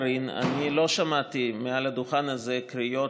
קארין: אני לא שמעתי מעל הדוכן הזה קריאות,